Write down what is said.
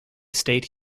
state